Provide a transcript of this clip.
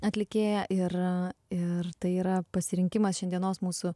atlikėja ir ir tai yra pasirinkimas šiandienos mūsų